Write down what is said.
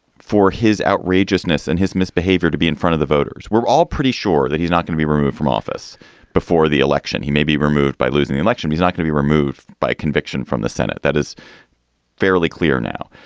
for his outrageousness and his misbehavior to be in front of the voters, we're all pretty sure that he's not going to be removed from office before the election. he may be removed by losing the election. he's not going to be removed by conviction from the senate. that is fairly clear now.